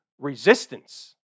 resistance